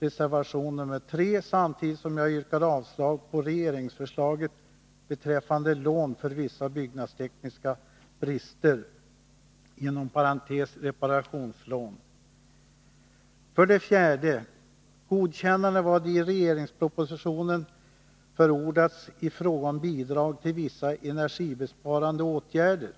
reservation 3 samtidigt som jag yrkar avslag på regeringsförslaget beträffande lån för vissa byggnadstekniska brister, reparationslån. För det fjärde föreslås godkännande av vad i regeringsprotokollet förordats i fråga om bidrag till vissa energibesparande åtgärder.